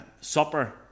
supper